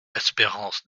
espérance